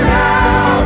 now